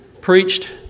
preached